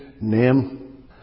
name